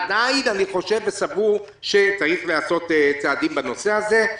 עדין אני סבור שצריך לעשות צעדים בנושא הזה.